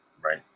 right